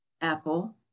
Apple